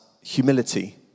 humility